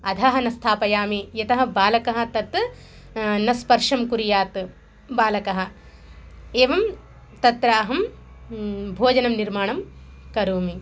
अधः न स्थापयामि यतः बालकः तत् न स्पर्शं कुर्यात् बालकः एवं तत्र अहं भोजनं निर्माणं करोमि